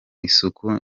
isuku